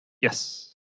Yes